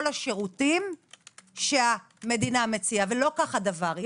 השירותים שהמדינה מציעה ולא כך הדבר.